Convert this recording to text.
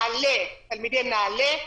תלמידי נעל"ה,